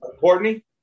Courtney